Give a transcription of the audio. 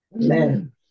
Amen